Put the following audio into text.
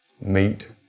meet